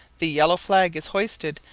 the yellow flag is hoisted,